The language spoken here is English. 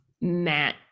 Matt